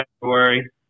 February